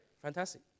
Fantastic